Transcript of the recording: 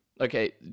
Okay